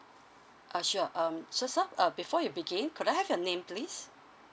uh sure um so sir uh before you begin could I have your name please